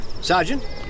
Sergeant